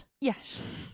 Yes